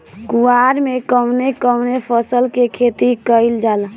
कुवार में कवने कवने फसल के खेती कयिल जाला?